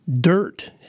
dirt